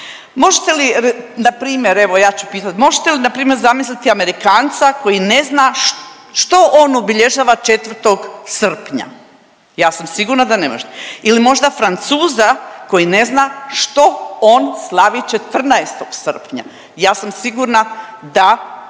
Možete li na primjer evo ja ću pitati, možete li na primjer zamisliti Amerikanca koji ne zna što on obilježava 4. srpnja? Ja sam sigurna da ne možete. Ili možda Francuza koji ne zna što on slavi 14. srpnja? Ja sam sigurna da svi